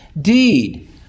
deed